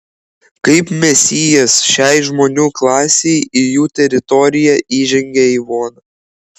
kaip mesijas šiai žmonių klasei į jų teritoriją įžengia ivona